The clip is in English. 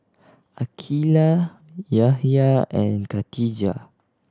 Aqeelah Yahya and Khatijah